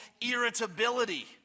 irritability